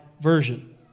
Version